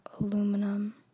aluminum